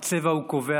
הצבע קובע.